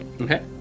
Okay